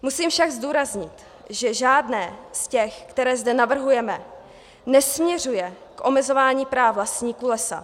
Musím však zdůraznit, že žádné z těch, která zde navrhujeme, nesměřuje k omezování práv vlastníků lesa.